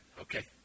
Okay